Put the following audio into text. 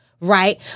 Right